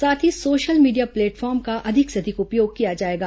साथ ही social media platform का अधिक से अधिक उपयोग किया जाएगा